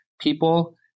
people